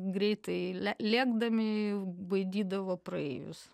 greitai le lėkdami baidydavo praeivius